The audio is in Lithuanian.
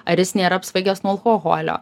ar jis nėra apsvaigęs nuo alkoholio